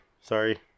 Sorry